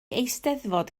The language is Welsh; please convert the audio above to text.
eisteddfod